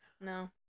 No